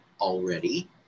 already